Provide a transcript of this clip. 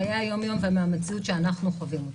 בהתאם לחיי היום יום והמציאות כפי שאנחנו חווים אותה.